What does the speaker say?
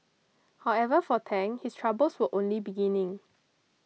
however for Tang his troubles were only beginning